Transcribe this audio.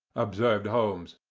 observed holmes.